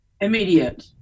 Immediate